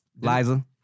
Liza